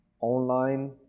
online